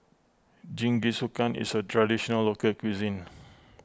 Jingisukan is a Traditional Local Cuisine